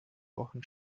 wochen